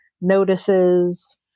notices